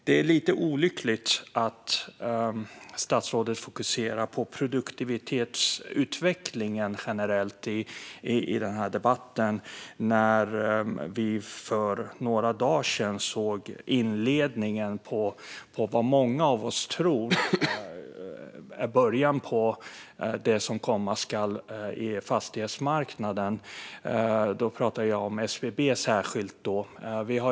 Det är lite olyckligt att statsrådet i debatten fokuserar på den generella produktivitetsutvecklingen. För några dagar sedan såg vi vad många av oss tror är början på det som komma skall på fastighetsmarknaden. Då pratar jag särskilt om SBB.